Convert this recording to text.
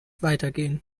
weitergehen